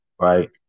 right